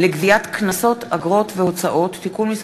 לגביית קנסות, אגרות והוצאות (תיקון מס'